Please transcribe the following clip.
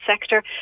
sector